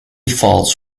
falls